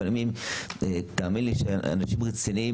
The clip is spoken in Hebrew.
תאמין לי שהם אנשים רציניים,